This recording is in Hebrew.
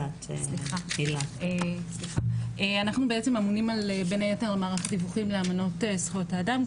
אנחנו בעצם אמונים על בין היתר על מערך דיווחים לאמנות זכויות האדם,